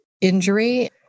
injury